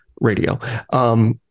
radio